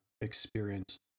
experience